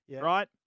Right